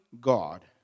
God